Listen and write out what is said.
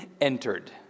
entered